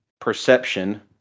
perception